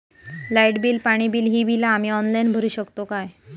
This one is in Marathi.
लाईट बिल, पाणी बिल, ही बिला आम्ही ऑनलाइन भरू शकतय का?